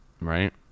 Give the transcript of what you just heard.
Right